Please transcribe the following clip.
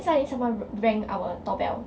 suddenly someone rang our doorbell